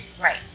right